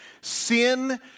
Sin